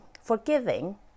forgiving